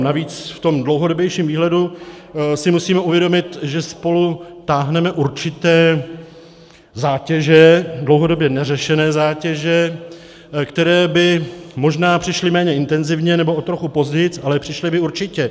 Navíc v tom dlouhodobějším výhledu si musíme uvědomit, že spolu táhneme určité zátěže, dlouhodobě neřešené zátěže, které by možná přišly méně intenzivně nebo o trochu později, ale přišly by určitě.